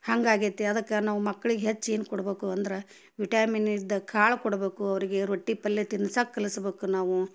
ಹಂಗೆ ಆಗೈತಿ ಅದಕ್ಕೆ ನಾವು ಮಕ್ಳಿಗೆ ಹೆಚ್ಚು ಏನು ಕೊಡ್ಬೇಕು ಅಂದ್ರೆ ವಿಟ್ಯಾಮಿನ್ ಇದ್ದ ಕಾಳು ಕೊಡಬೇಕು ಅವ್ರಿಗೆ ರೊಟ್ಟಿ ಪಲ್ಯ ತಿನ್ಸಕ್ಕ ಕಲಸ್ಬೇಕು ನಾವು